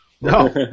No